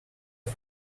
fit